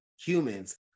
humans